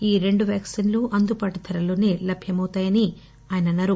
ఈ రెండు వ్యాక్సిన్ లు అందుబాటు ధరల్లో లభ్యమవుతాయన్నారు